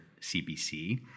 CBC